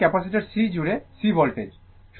এবং এটি capacitor C জুড়ে C ভোল্টেজ